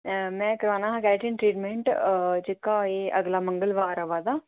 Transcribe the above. में कराना हा केटरिंग ट्रीटमेंट जेह्का एह् अगला मंगलवार आवा दा